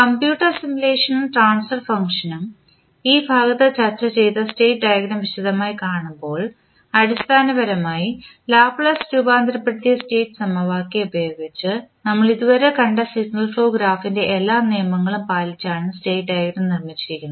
computer സിമുലേഷനും transfer ഫംഗ്ഷനും ഈ ഭാഗത്ത് ചർച്ച ചെയ്ത സ്റ്റേറ്റ് ഡയഗ്രം വിശദമായി കാണുമ്പോൾ അടിസ്ഥാനപരമായി ലാപ്ലേസ് രൂപാന്തരപ്പെടുത്തിയ സ്റ്റേറ്റ് സമവാക്യം ഉപയോഗിച്ച് നമ്മൾ ഇതുവരെ കണ്ട സിഗ്നൽ ഫ്ലോ ഗ്രാഫിൻറെ എല്ലാ നിയമങ്ങളും പാലിച്ചാണ് സ്റ്റേറ്റ് ഡയഗ്രം നിർമ്മിച്ചിരിക്കുന്നത്